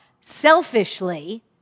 selfishly